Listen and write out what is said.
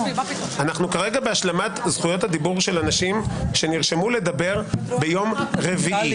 אנחנו כרגע בהשלמת זכויות הדיבור של אנשים שנרשמו לדבר ביום רביעי.